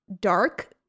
dark